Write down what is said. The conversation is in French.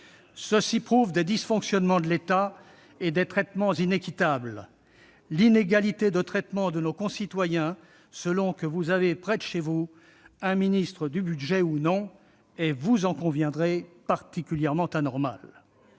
Cela prouve des dysfonctionnements de l'État et des traitements inéquitables. L'inégalité de traitement de nos concitoyens, selon qu'ils ont ou non près de chez eux un ministre du budget est, vous en conviendrez, particulièrement anormale.